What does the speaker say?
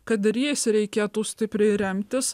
kad ir jais reikėtų stipriai remtis